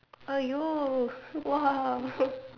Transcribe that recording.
!aiyo! !wow!